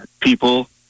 people